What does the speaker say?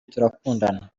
turakundana